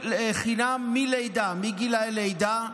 חינם מלידה, מגיל לידה.